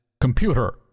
computer